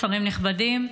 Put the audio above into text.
שרים נכבדים,